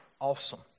awesome